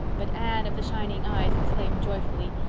but anne of the shining eyes exclaimed joyfuly,